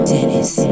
Dennis